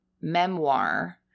memoir